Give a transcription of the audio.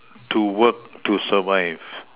to work to survive